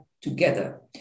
together